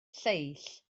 lleill